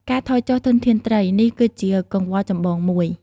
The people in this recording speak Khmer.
ការថយចុះធនធានត្រី នេះគឺជាកង្វល់ចម្បងមួយ។